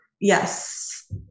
Yes